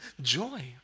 joy